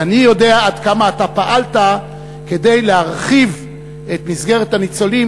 ואני יודע עד כמה אתה פעלת כדי להרחיב את מסגרת הניצולים